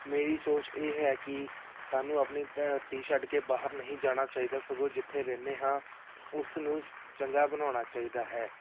ਮੇਰੀ ਸੋਚ ਇਹ ਹੈ ਕਿ ਸਾਨੂੰ ਆਪਣੀ ਧਰਤੀ ਛੱਡ ਕੇ ਬਾਹਰ ਨਹੀਂ ਜਾਣਾ ਚਾਹੀਦਾ ਸਗੋਂ ਜਿੱਥੇ ਰਹਿੰਦੇ ਹਾਂ ਉਸ ਨੂੰ ਚੰਗਾ ਬਣਾਉਣਾ ਚਾਹੀਦਾ ਹੈ